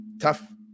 tough